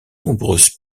nombreuses